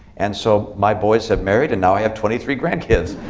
and so my boys have married. and now, i have twenty three grandkids.